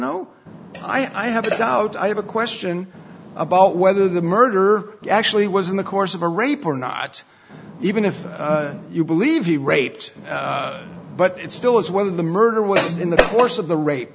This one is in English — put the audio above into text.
know i have a doubt i have a question about whether the murder actually was in the course of a rape or not even if you believe he raped but it still is whether the murder was in the course of the rape